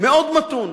מאוד מתון,